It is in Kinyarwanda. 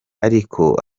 ariko